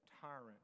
tyrant